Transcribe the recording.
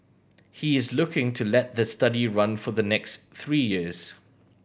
he is looking to let the study run for the next three years